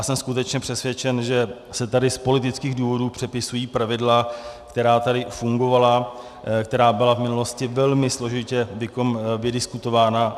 Jsem skutečně přesvědčen, že se tady z politických důvodů přepisují pravidla, která tady fungovala, která byla v minulosti velmi složitě vydiskutována.